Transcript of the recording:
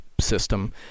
system